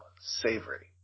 Savory